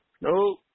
No